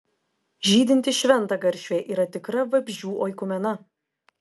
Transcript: žydinti šventagaršvė yra tikra vabzdžių oikumena